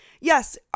yes